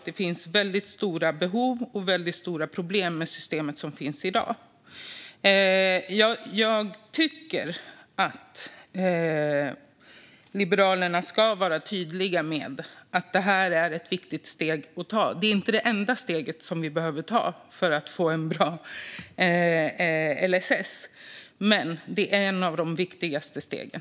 Det finns väldigt stora behov och väldigt stora problem med systemet som finns i dag. Jag tycker att Liberalerna ska vara tydliga med att det är ett viktigt steg att ta. Det är inte det enda steget som vi behöver ta för att få en bra LSS. Men det är ett av de viktigaste stegen.